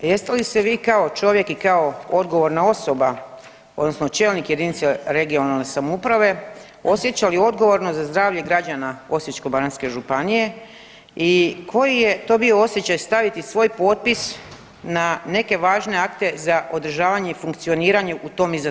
Jeste li se vi kao čovjek i kao odgovorna osoba odnosno čelnik jedinice regionalne samouprave osjećali odgovorno za zdravlje građana Osječko-baranjske županije i koji je to bio osjećaj staviti svoj potpis na neke važne akte za održavanje i funkcioniranje u tom izazovnom vremenu?